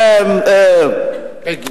לבגין.